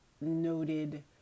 noted